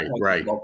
Right